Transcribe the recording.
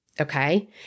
okay